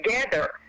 together